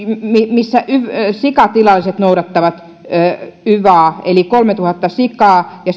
missä sikatilalliset noudattavat yvaa eli se on kolmetuhatta sikaa ja